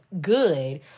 good